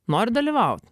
nori dalyvau